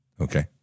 okay